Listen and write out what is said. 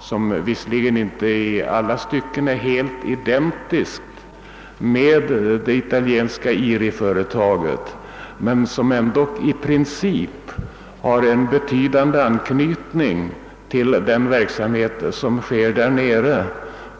som visserligen inte i alla stycken är helt identiskt med de italienska IRI-företagen men som ändock i princip har en tydlig anknytning till den verksamhet som där bedrives.